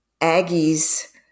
Aggie's